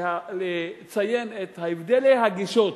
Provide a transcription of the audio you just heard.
לציין את הבדלי הגישות